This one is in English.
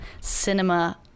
cinema